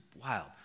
wild